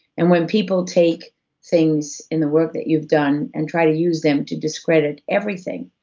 and when people take things in the work that you've done and try to use them to discredit everything,